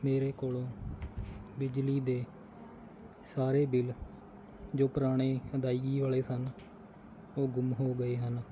ਮੇਰੇ ਕੋਲੋਂ ਬਿਜਲੀ ਦੇ ਸਾਰੇ ਬਿਲ ਜੋ ਪੁਰਾਣੇ ਅਦਾਇਗੀ ਵਾਲੇ ਸਨ ਉਹ ਗੁੰਮ ਹੋ ਗਏ ਹਨ